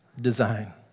design